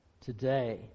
today